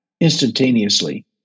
instantaneously